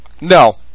No